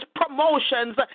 promotions